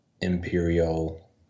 Imperial